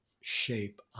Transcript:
shape